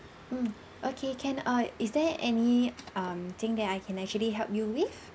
mm okay can err is there any um thing that I can actually help you with